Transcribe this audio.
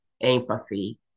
empathy